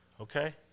okay